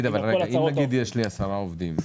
אם נגיד יש לי עשרה עובדים,